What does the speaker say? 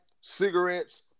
cigarettes